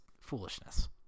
foolishness